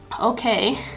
Okay